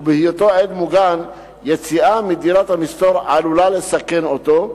ובהיותו עד מוגן יציאה מדירת המסתור עלולה לסכן אותו,